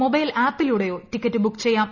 mobile ആപ്പിലൂടെയോ ticket book ചെയ്യാം